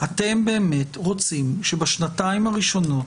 אתם באמת רוצים שבשנתיים הראשונות